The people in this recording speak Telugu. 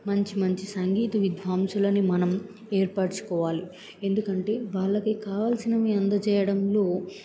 మంచి మంచి సంగీత విద్వాన్సులని మనం ఏర్పచుకోవాలి ఎందుకంటే వాళ్ళకి కావాల్సినవి అందజేయడంలో